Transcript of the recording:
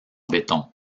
béton